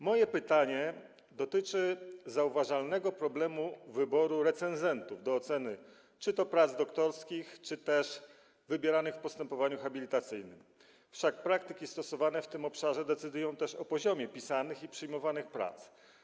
Moje pytanie dotyczy zauważalnego problemu wyboru recenzentów czy to do oceny prac doktorskich, czy też wybieranych w postępowaniu habilitacyjnym, wszak praktyki stosowane w tym obszarze decydują też o poziomie pisanych i przyjmowanych prac.